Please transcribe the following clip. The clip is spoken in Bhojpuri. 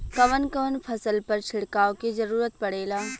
कवन कवन फसल पर छिड़काव के जरूरत पड़ेला?